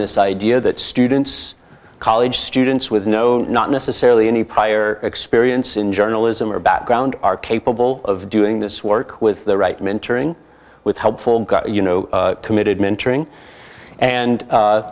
this idea that students college students with no not necessarily any prior experience in journalism or background are capable of doing this work with the right mentoring with helpful you know committed mentoring and